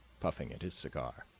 puffing at his cigar.